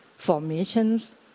formations